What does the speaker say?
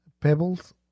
Pebbles